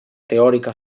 teòrica